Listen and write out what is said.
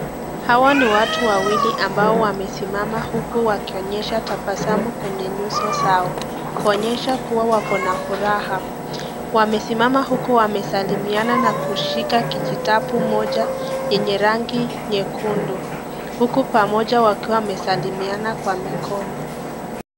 Hawa ni watu wawili ambao wamesimama huku wakionyesha tabasamu kwenye nyuso zao, kuonyesha kuwa wako na furaha. Wamesimama huku wamesalimiana na kushika kijitabu moja yenye rangi nyekundu, huku pamoja wakiwa wamesalimiana kwa mikono.